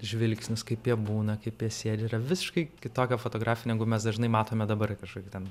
žvilgsnius kaip jie būna kaip jie sėdi yra visiškai kitokia fotografija negu mes dažnai matome dabar kažkokį ten